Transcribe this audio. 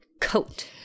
coat